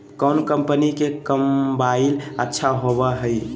कौन कंपनी के कम्बाइन अच्छा होबो हइ?